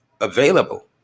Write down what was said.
available